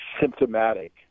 symptomatic